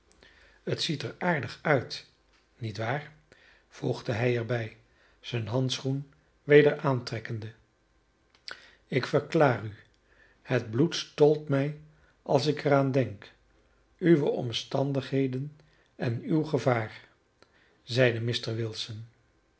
het ziet er aardig uit niet waar voegde hij er bij zijn handschoen weder aantrekkende ik verklaar u het bloed stolt mij als ik er aan denk uwe omstandigheden en uw gevaar zeide mr wilson